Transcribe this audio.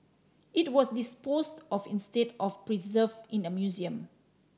it was disposed of instead of preserved in a museum